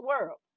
world